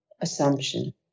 assumption